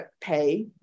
pay